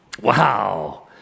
Wow